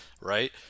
right